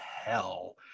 hell